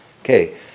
Okay